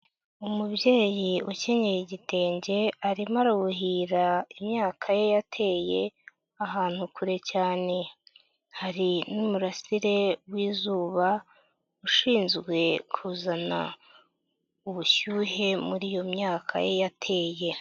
Umubyeyi ukenyeye igitenge arimo aruhira imyaka ye yateye ahantu kure cyane, hari n'umurasire w'izuba ushinzwe kuzana ubushyuhe muri iyo myaka ye yateye.